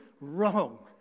wrong